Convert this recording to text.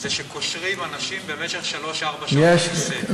זה שקושרים אנשים למשך שלוש-ארבע שעות לכיסא.